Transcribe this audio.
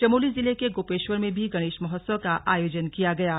चमोली जिले के गोपेश्वर में भी गणेश महोत्सव का आयोजन किया गया है